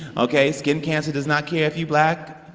ok? skin cancer does not care if you black,